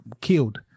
killed